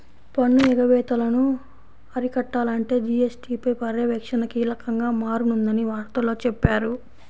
పన్ను ఎగవేతలను అరికట్టాలంటే జీ.ఎస్.టీ పై పర్యవేక్షణ కీలకంగా మారనుందని వార్తల్లో చెప్పారు